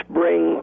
bring